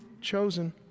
Chosen